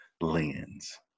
lens